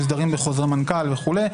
שמוסדרים בחוזרי מנכ"ל וכו',